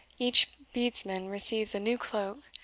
each bedesman receives a new cloak,